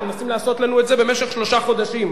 אתם מנסים לעשות לנו את זה במשך שלושה חודשים,